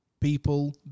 people